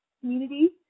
community